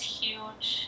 huge